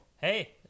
Hey